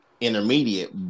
intermediate